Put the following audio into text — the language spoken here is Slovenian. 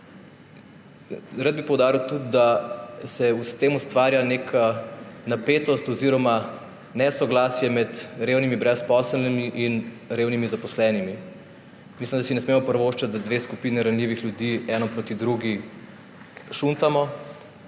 Rad bi poudaril tudi, da se s tem ustvarja neka napetost oziroma nesoglasje med revnimi brezposelnimi in revnimi zaposlenimi. Mislim, da si ne smemo privoščiti, da dve skupini ranljivih ljudi eno proti drugi šuntamo.